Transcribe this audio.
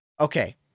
okay